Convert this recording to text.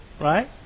Right